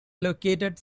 located